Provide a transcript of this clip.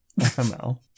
FML